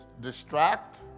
distract